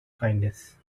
kindness